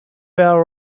were